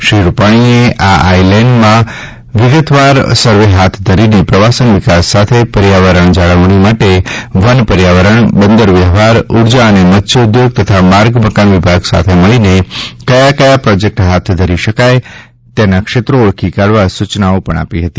શ્રી રૂપાણીએ આ આઇલેન્ડમાં વિગતવાર સર્વે હાથ ધરીને પ્રવાસન વિકાસ સાથે પર્યાવરણીય જાળવણી માટે વન પર્યાવરણ બંદર વ્યવહાર ઊર્જા અને મત્સ્યોઘોગ તથા માર્ગ મકાન વિભાગ સાથે મળીને કયા કયા પ્રોજેકટ હાથ ધરી શકાય તેના ક્ષેત્રો ઓળખી કાઢવા સુચનાઓ પણ આપી હતી